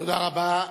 תודה רבה.